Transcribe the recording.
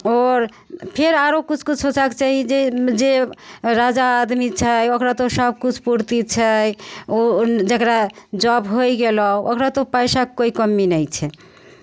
आओर फेर आरो किछु किछु सोचक चाही जे जे राजा आदमी छै ओकरा तऽ सभकिछु पूर्ति छै जकरा जॉब होय गेलहु ओकरा तो पैसाक कोइ कमी नहि छै